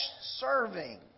serving